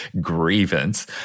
grievance